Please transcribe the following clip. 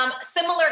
similar